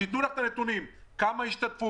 שיתנו לך את הנתונים: כמה השתתפו,